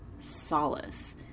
solace